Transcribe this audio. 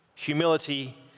humility